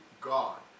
God